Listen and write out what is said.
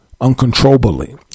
uncontrollably